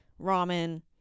ramen